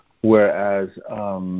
whereas